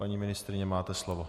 Paní ministryně, máte slovo.